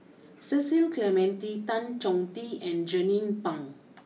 Cecil Clementi Tan Chong Tee and Jernnine Pang